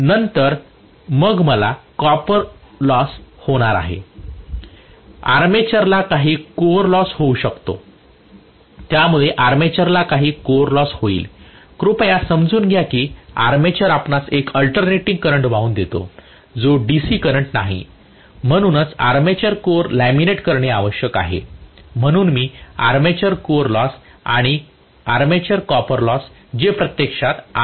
नंतर मग मला आर्मेचर कॉपर लॉस होणार आहे आणि आर्मेचरलाही काही कोअर लॉस होऊ शकते त्यामुळे आर्मेचरला काही कोअर लॉस होईल कृपया समजून घ्या की आर्मेचर आपणास एक अल्टरनेटिंग करंट वाहून नेतो जो डीसी करंट नाही म्हणूनच आर्मेचर कोअर लॅमिनेट करणे आवश्यक आहे म्हणून मी आर्मेचर कोर लॉस आणि आर्मेचर कॉपर लॉस जे प्रत्यक्षात Ia